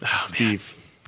Steve